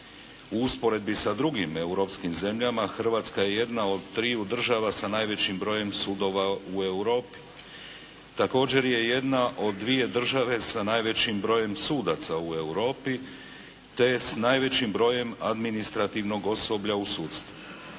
U usporedbi sa drugim europskim zemljama Hrvatska je jedna od triju država sa najvećim brojem sudova u Europi. Također je jedna od dvije države sa najvećim brojem sudaca u Europi te s najvećim brojem administrativnog osoblja u sudstvu.